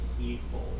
people